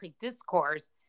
discourse